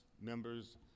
members